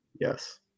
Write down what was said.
Yes